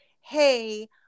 Hey